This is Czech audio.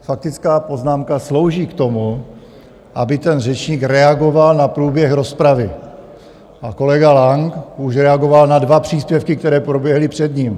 Faktická poznámka slouží k tomu, aby řečník reagoval na průběh rozpravy a kolega Lang už reagoval na dva příspěvky, které proběhly před ním.